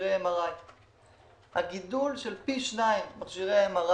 מכשירי MRI. המשמעות של גידול פי 2 במכשירי MRI,